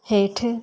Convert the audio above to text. हेठि